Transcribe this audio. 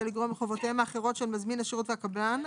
לגרוע מחובותיהם האחרות של מזמין השירות והקבלן.